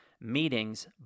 meetings